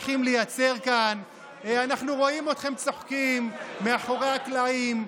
אנחנו רואים אתכם צוחקים מאחורי הקלעים,